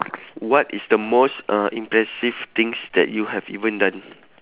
what is the most uh impressive things that you have even done